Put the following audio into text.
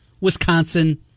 Wisconsin